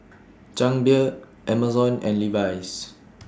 Chang Beer Amazon and Levi's